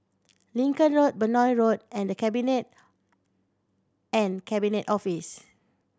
Lincoln Road Benoi Road and The Cabinet and Cabinet Office